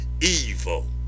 evil